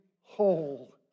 whole